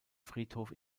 friedhof